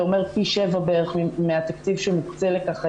זה אומר פי שבעה בערך מהתקציב שמוקצה לכך היום,